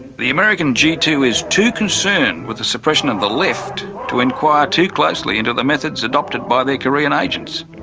the american g two is too concerned with the suppression of the left to inquire too closely into the methods adopted by their korean agents.